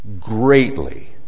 greatly